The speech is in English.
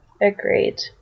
Agreed